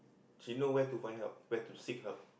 she know where to find help where to seek help